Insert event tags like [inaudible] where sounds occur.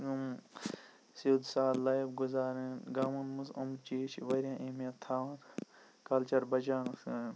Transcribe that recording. سیٚود سادٕ لایِف گُزارٕنۍ گامو منٛز یِم چیز چھ واریاہ اِہمِیَت تھاوان کَلچَر بَچاونہٕ [unintelligible]